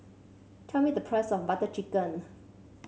tell me the price of Butter Chicken